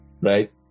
Right